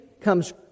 comes